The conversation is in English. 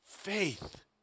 Faith